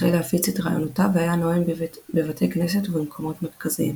החל להפיץ את רעיונותיו והיה נואם בבתי כנסת ובמקומות מרכזיים.